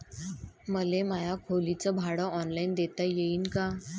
मले माया खोलीच भाड ऑनलाईन देता येईन का?